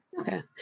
Okay